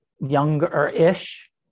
younger-ish